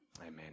Amen